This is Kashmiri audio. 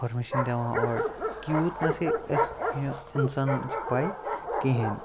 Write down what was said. اِنفارمیشَن دِوان اورٕ یوٗت نَسہَ اَسہِ اِنسانَن چھِ پاے کِہیٖنۍ